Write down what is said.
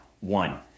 One